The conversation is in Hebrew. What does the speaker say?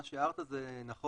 מה שהערת זה נכון,